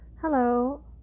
Hello